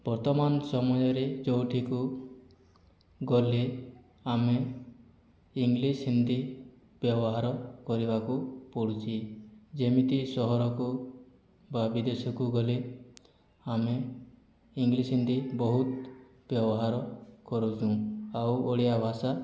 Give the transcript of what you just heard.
ବର୍ତ୍ତମାନ ସମୟରେ ଯେଉଁଠିକୁ ଗଲେ ଆମେ ଇଙ୍ଗ୍ଲିଶ ହିନ୍ଦୀ ବ୍ୟବହାର କରିବାକୁ ପଡ଼ୁଛି ଯେମିତି ସହରକୁ ବା ବିଦେଶକୁ ଗଲେ ଆମେ ଇଙ୍ଗ୍ଲିଶ ହିନ୍ଦୀ ବହୁତ ବ୍ୟବହାର କରୁଛୁ ଆଉ ଓଡ଼ିଆ ଭାଷା